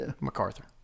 MacArthur